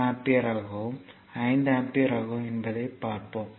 6 நானும் 5 ஆம்பியரும் என்பதை பார்ப்போம்